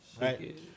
Right